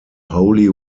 holy